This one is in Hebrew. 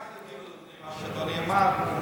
רק אגיד לאדוני מה שלא נאמר.